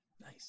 Nice